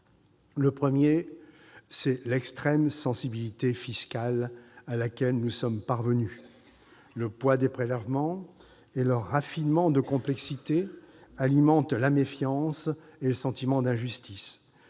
Le premier, c'est l'extrême sensibilité fiscale à laquelle nous sommes parvenus : le poids des prélèvements et leur raffinement de complexité alimentent la méfiance et le sentiment d'injustice.